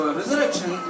resurrection